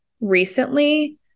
recently